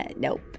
Nope